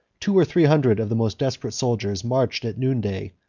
two or three hundred of the most desperate soldiers marched at noonday,